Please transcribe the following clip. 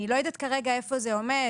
אני לא יודעת איפה זה עומד כרגע.